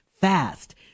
fast